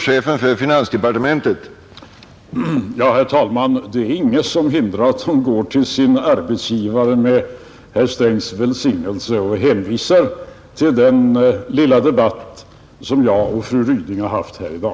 Herr talman! Det är ingenting som hindrar att dessa arbetstagare med herr Strängs välsignelse går till sina arbetsgivare och hänvisar till den lilla debatt som fru Ryding och jag har haft i dag.